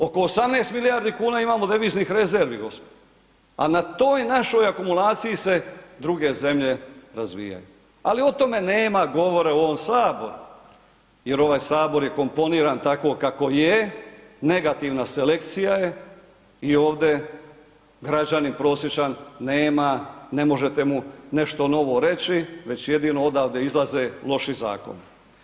Oko 18 milijardi kuna imamo deviznih rezervi gospodo, a na toj našoj akumulaciji se druge zemlje razvijaju, ali o tome nema govora u ovom HS jer ovaj HS je komponiran tako kako je, negativna selekcija je i ovdje građanin prosječan nema, ne možete mu nešto novo reći, već jedino odavde izlaze loši zakoni.